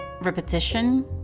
repetition